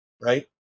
right